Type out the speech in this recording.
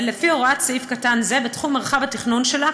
לפי הוראות סעיף קטן זה בתחום מרחב התכנון שלה,